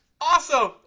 awesome